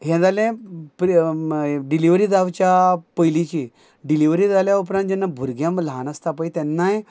हें जालें परी हें डिलिव्हरी जावच्या पयलीची डिलिव्हरी जाल्या उपरान जेन्ना भुरगें ल्हान आसता पय तेन्नाय